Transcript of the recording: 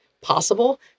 possible